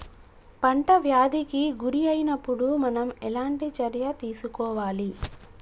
పంట వ్యాధి కి గురి అయినపుడు మనం ఎలాంటి చర్య తీసుకోవాలి?